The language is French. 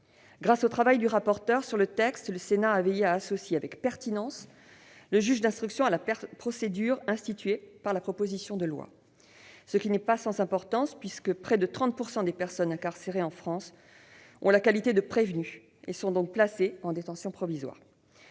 Grâce au travail du rapporteur sur le texte, le Sénat a veillé à associer, avec pertinence, le juge d'instruction à la procédure instituée par la proposition de loi. Ce n'est pas sans importance, puisque près de 30 % des personnes incarcérées en France ont la qualité de prévenu et sont donc placées en détention provisoire.